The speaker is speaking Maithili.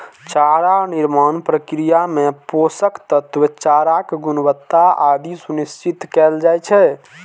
चारा निर्माण प्रक्रिया मे पोषक तत्व, चाराक गुणवत्ता आदि सुनिश्चित कैल जाइ छै